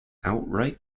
outright